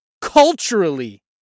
culturally